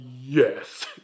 yes